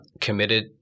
committed